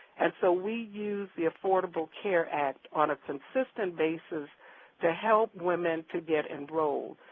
and so we use the affordable care act on a consistent basis to help women to get enrolled.